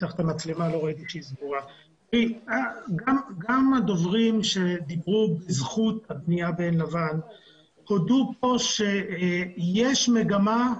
גם הדוברים שדיברו בזכות הבנייה בעין לבן הודו כאן שיש מגמה,